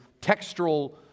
textual